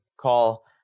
call